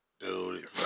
Dude